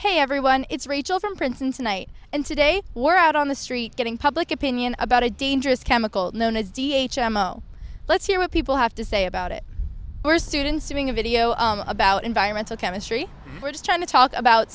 hey everyone it's rachel from princeton tonight and today we're out on the street getting public opinion about a dangerous chemical known as d h m o let's hear what people have to say about it we're students doing a video about environmental chemistry we're just trying to talk about